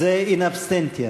זה .In absentia